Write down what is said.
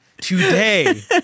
today